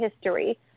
history